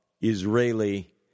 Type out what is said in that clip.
Israeli